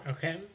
Okay